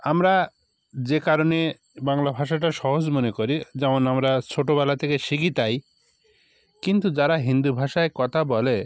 আমরা যে কারণে বাংলা ভাষাটা সহজ মনে করি যেমন আমরা ছোটবেলা থেকে শিখি তাই কিন্তু যারা হিন্দি ভাষায় কথা বলে